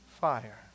fire